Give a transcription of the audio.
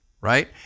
right